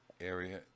area